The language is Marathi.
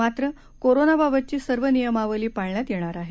मात्र कोरानाबाबतची सर्व नियमावली पाळण्यात येणार आहे